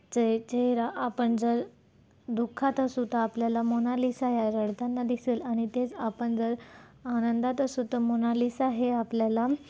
चे चेहरा आपण जर दुःखात असू तर आपल्याला मोनालिसा या रडताना दिसेल आणि तेच आपण जर आनंदात असू तर मोनालिसा हे आपल्याला